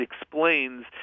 explains